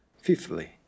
Fifthly